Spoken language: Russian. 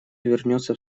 вернется